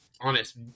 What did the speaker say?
honest